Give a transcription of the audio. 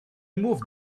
moved